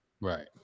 Right